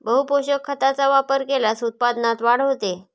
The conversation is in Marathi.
बहुपोषक खतांचा वापर केल्यास उत्पादनात वाढ होते